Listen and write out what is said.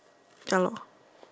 ya lor